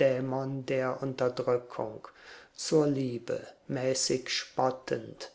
dämon der unterdrückung zur liebe mäßig spottend